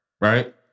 Right